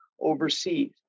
overseas